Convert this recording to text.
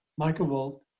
microvolt